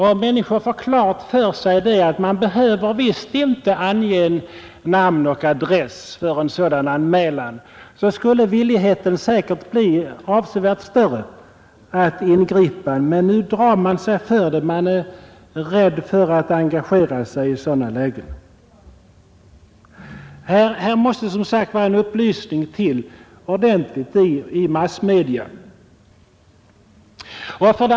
Om människor fått klart för sig att man visst inte behöver uppge namn och adress för en sådan anmälan, skulle viljan säkert bli större att ingripa, men nu drar man sig för det. Man är rädd att engagera sig i sådana lägen. Här måste som sagt en ordentlig upplysning till i massmedia.